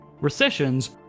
Recessions